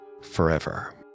forever